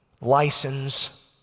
license